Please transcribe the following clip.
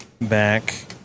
back